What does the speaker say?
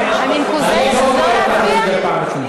אני לא קורא אותך לסדר פעם ראשונה.